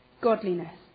godliness